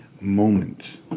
moment